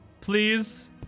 Please